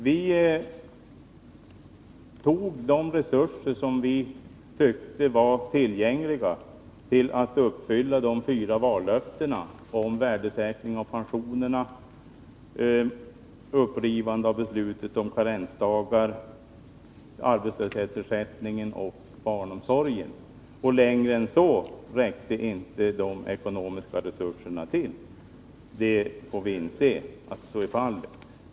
Vi tog de resurser som vi ansåg vara tillgängliga till att uppfylla de fyra vallöftena om värdesäkring av pensionerna, upprivande av beslutet om karensdagar, arbetslöshetsersättningen och barnomsorgen. Längre än så räckte inte de ekonomiska resurserna. Vi får inse att så är fallet.